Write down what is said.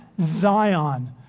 Zion